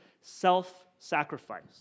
self-sacrifice